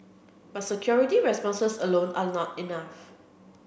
but security responses alone are not enough